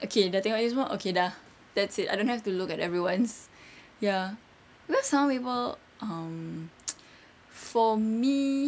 okay dah tengok ni semua okay dah that's it I don't have to look at everyone's ya cause some people um for me